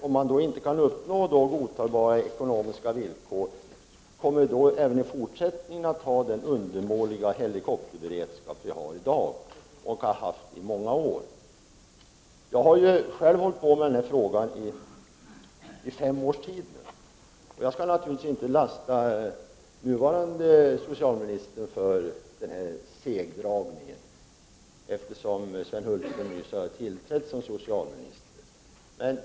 Om man inte kan uppnå godtagbara ekonomiska villkor, måste vi även i fortsättningen ha den undermåliga helikopterberedskap som vi har i dag och har haft i många år. Själv har jag hållit på med dessa frågor i fem års tid. Jag skall naturligtvis inte lasta nuvarande socialministern för segdragningen i denna fråga, eftersom Sven Hulterström nyligen har tillträtt som socialminister.